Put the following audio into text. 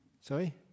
Sorry